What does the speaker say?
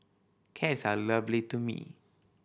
cats are lovely to me